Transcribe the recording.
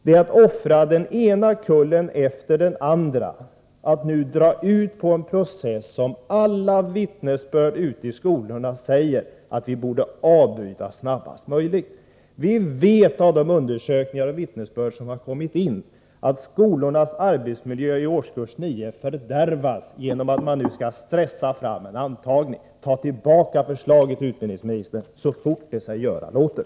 Det är att offra den ena kullen efter den andra att dra ut på en process som enligt alla vittnesbörd från skolorna borde avbrytas snarast möjligt. Vi vet genom de undersökningar som har gjorts att arbetsmiljön i årskurs 9 i skolorna fördärvas genom att man nu skall stressa fram en antagning. Ta tillbaka förslaget, utbildningsministern, så fort sig göra låter!